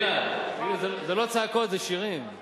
אילן, תגיד לו, זה לא צעקות, זה שירים.